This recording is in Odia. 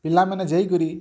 ପିଲାମାନେ ଯେଇକରି